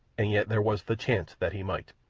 and yet there was the chance that he might.